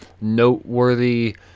noteworthy